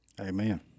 amen